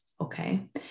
Okay